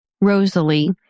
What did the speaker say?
Rosalie